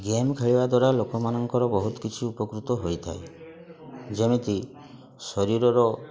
game ଖେଳିବା ଦ୍ୱାର ଲୋକମାନଙ୍କର ବହୁତ କିଛି ଉପକୃତ ହେଇଥାଏ ଯେମିତି ଶରୀରର